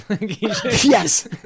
Yes